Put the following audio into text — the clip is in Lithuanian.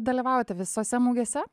dalyvaujate visose mugėse